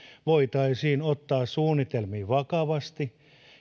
voitaisiin ottaa suunnitelmiin vakavasti